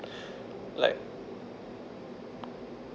like